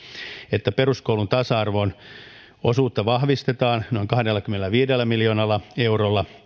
että peruskoulun tasa arvon osuutta vahvistetaan noin kahdellakymmenelläviidellä miljoonalla eurolla